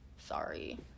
Sorry